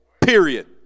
period